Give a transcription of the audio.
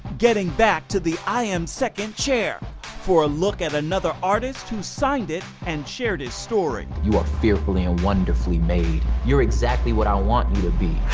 getting back to the i am second chair for a look at another artist who signed it and shared his story. you are fearfully and wonderfully made. you're exactly what i want you to be.